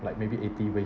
like maybe eighty way~